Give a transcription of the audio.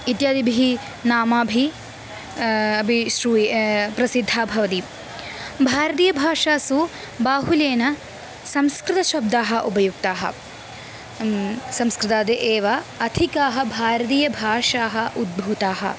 इत्यादिभिः नामभिः अपि श्रूयते प्रसिद्धा भवति भारतीयभाषासु बाहुल्येन संस्कृतशब्दाः उपयुक्ताः संस्कृताद् एव अधिकाः भारतीयभाषाः उद्भूताः